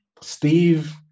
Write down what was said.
Steve